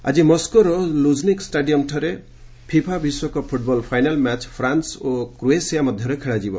FIFA ଆଜି ମସ୍କୋର Luzhniki ଷ୍ଟାଡିୟମରେ ଫିଫା ବିଶ୍ୱକପ୍ ଫୁଟବଲର ଫାଇନାଲ ମ୍ୟାଚ ଫ୍ରାନ୍ନ ଓ କ୍ରୋଏସିଆ ମଧ୍ୟରେ ଖେଳାଯିବ